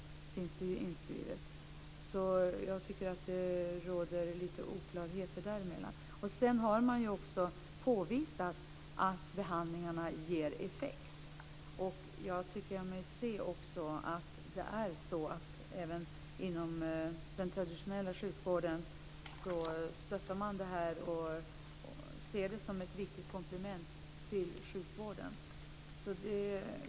Jag tycker alltså att det råder lite oklarheter där. Man har ju också påvisat att behandlingarna ger effekt. Jag tycker mig också se att man stöttar detta inom den traditionella sjukvården och ser det som ett viktigt komplement till sjukvården.